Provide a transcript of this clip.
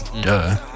duh